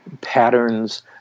patterns